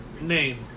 Name